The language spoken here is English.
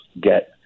get